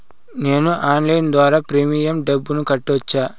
నేను ఆన్లైన్ ద్వారా ప్రీమియం డబ్బును కట్టొచ్చా?